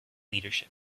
leadership